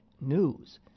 news